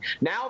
Now